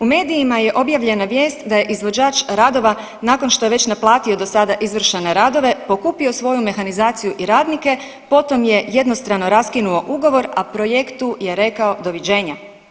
U medijima je objavljena vijest da je izvođač radova nakon što je već naplatio do sada izvršene radove pokupio svoju mehanizaciju i radnike, potom je jednostrano raskinuo ugovor, a projektu je rekao doviđenja.